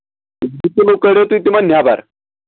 زٕ کِلوٗ کٔڑِو تُہۍ تِمَن نیٚبَر